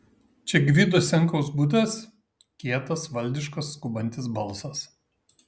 čia gvido senkaus butas kietas valdiškas skubantis balsas